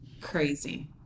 crazy